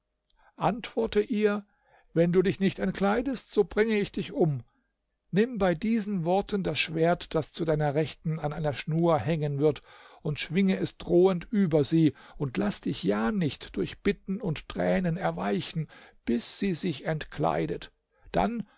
antworte ihr wenn du dich nicht entkleidest so bringe ich dich um nimm bei diesen worten das schwert das zu deiner rechten an einer schnur hängen wird und schwinge es drohend über sie und laß dich ja nicht durch bitten und tränen erweichen bis sie sich entkleidet dann